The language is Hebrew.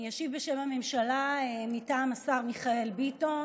אני אשיב בשם הממשלה מטעם השר מיכאל ביטון,